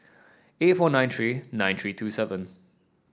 eight four nine three nine three two seven